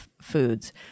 foods